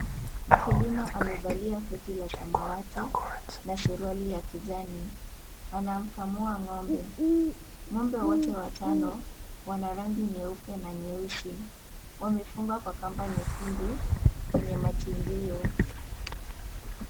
Mkulima amevalia koti la samawati, na suruali ya kijani. Anamkamua ng'ombe. Ng'ombe wote watano, wana rangi nyeupe na nyeusi. Wamefungwa kwa kamba nyekundu, kwenye machinjio.